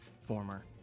former